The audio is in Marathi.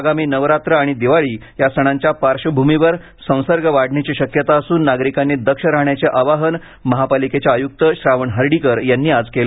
आगामी नवरात्र आणि दिवाळी या सणांच्या पार्श्वभूमीवर संसर्ग वाढण्याची शक्यता असून नागरिकांनी दक्ष राहण्याचे आवाहन श्रावण हर्डीकर यांनी आज केले